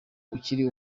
ukiri